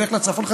נלך לצפון,